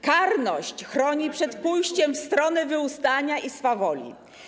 karność chroni przed pójściem w stronę wyuzdania i swawoli.